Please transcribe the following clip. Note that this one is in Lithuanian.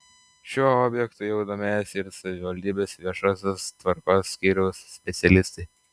šiuo objektu jau domėjosi ir savivaldybės viešosios tvarkos skyriaus specialistai